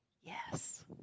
Yes